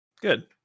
good